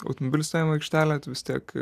automobilių stovėjimo aikštelę tu vis tiek